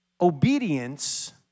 obedience